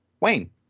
Wayne